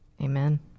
Amen